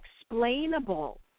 explainable